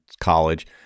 college